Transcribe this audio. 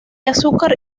azúcar